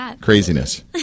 craziness